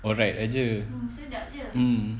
alright jer mm